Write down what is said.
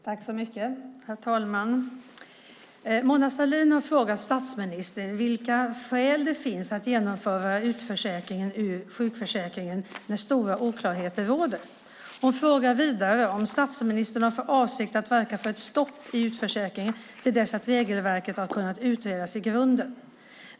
Herr talman! Mona Sahlin har frågat statsministern vilka skäl det finns att genomföra utförsäkringen ur sjukförsäkringen när stora oklarheter råder. Hon frågar vidare om statsministern har för avsikt att verka för ett stopp i utförsäkringen till dess att regelverket har kunnat utredas i grunden.